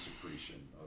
secretion